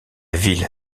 ville